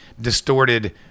distorted